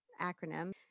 acronym